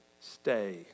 stay